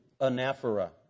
Anaphora